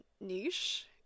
niche